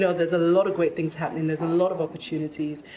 so there's a lot of great things happening. there's a lot of opportunities.